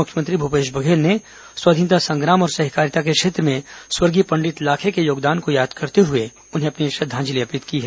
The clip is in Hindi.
मुख्यमंत्री भूपेश बघेल ने स्वतंत्रता संग्राम और सहकारिता के क्षेत्र में स्वर्गीय लाखे के योगदान को याद करते हुए उन्हें अपनी श्रद्वांजलि अर्पित की है